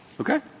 Okay